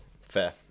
fair